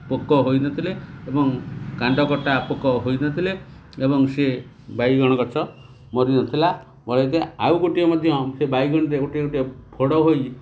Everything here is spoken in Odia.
ପୋକ ହୋଇନଥିଲେ ଏବଂ କାଣ୍ଡକଟା ପୋକ ହୋଇନଥିଲେ ଏବଂ ସିଏ ବାଇଗଣ ଗଛ ମରି ନଥିଲା ମଡ଼େଇ ଥାଏ ଆଉ ଗୋଟିଏ ମଧ୍ୟ ସେ ବାଇଗଣରେ ଗୋଟିଏ ଗୋଟିଏ ଫୋଡ଼ ହୋଇ